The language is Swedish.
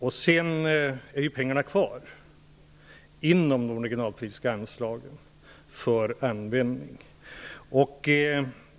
Men pengarna finns kvar inom de regionalpolitiska anslagen.